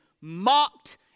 mocked